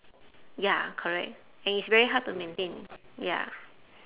ya correct and it's very hard to maintain ya